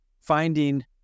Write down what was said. finding